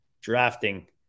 drafting